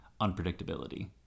unpredictability